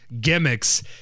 gimmicks